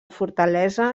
fortalesa